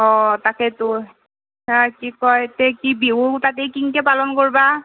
অঁ তাকেইতো ইতা কি কয় তে কি বিহু তাতে কেনেকৈ পালন কৰবা